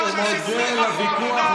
אני מודה על הוויכוח.